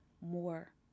more